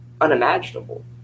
unimaginable